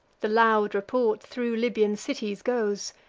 the loud report thro' libyan cities goes.